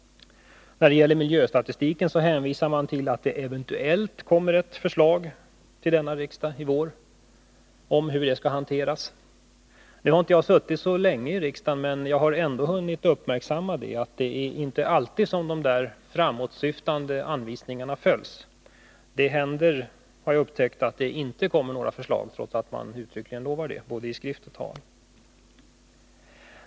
När det gäller miljöstatistiken hänvisar man till att ett förslag om hur den skall hanteras eventuellt kommer att läggas fram för riksdagen under våren. Jag har inte suttit så länge i riksdagen, men jag har ändå hunnit uppmärksamma att det inte alltid är så att sådana framåtsyftande anvisningar följs. Jag har upptäckt att det händer att det inte kommer några förslag, trots att man uttryckligen lovar det både i skrift och i tal.